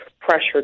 pressure